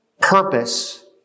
purpose